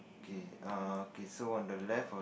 okay err okay so on the left